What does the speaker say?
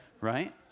right